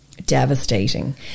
Devastating